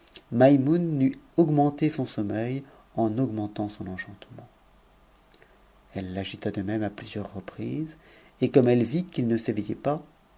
t tente son sommeil en augmentant son enchantement elle l'agita de même à plusieurs reprises et comme elle vit qu'il ne s'ëveittait pas